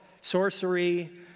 Sorcery